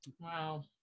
Wow